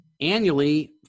annually